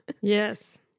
Yes